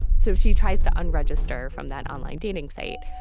so she tries to unregister from that online dating site.